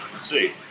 see